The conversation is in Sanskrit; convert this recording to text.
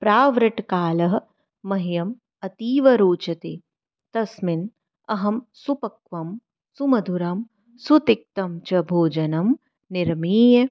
प्रावृट्कालः मह्यम् अतीव रोचते तस्मिन् अहं सुपक्वं सुमधुरं सुतिक्तञ्च भोजनं निर्मीय